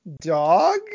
dog